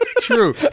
True